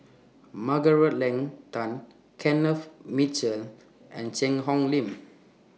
Margaret Leng Tan Kenneth Mitchell and Cheang Hong Lim